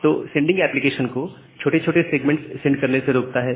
तो यह sending application को छोटे छोटे सेगमेंट्स सेंड करने से रोकता है